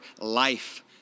life